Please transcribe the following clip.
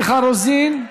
מיכל רוזין,